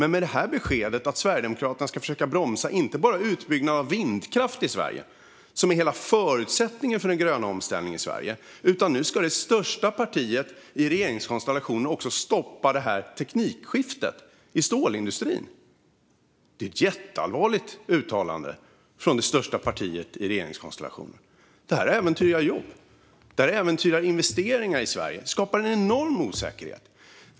Nu kom dock beskedet att Sverigedemokraterna inte bara ska försöka bromsa utbyggnaden av vindkraft, som är hela förutsättningen för den gröna omställningen i Sverige, utan att de också ska stoppa teknikskiftet i stålindustrin. Det är ett jätteallvarligt uttalande från det största partiet i regeringskonstellationen. Detta äventyrar jobb och investeringar i Sverige och skapar en enorm osäkerhet.